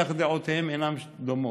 כך דעותיהם אינן דומות.